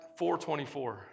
4.24